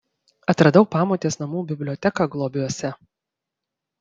atradau pamotės namų biblioteką globiuose